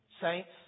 Saints